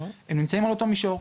הם נמצאים על אותו מישור,